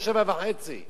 ב-07:30,